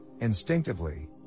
Instinctively